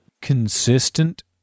consistent